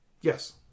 Yes